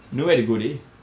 nowhere to go dey